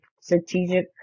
strategic